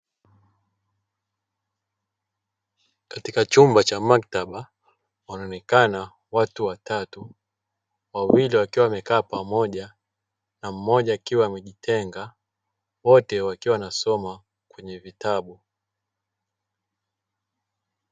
Katika chumba cha maktaba, wanaonekana watu watatu, wawili wakiwa wamekaa pamoja na mmoja akiwa amejitenga, wote wakiwa wanasoma kwenye vitabu.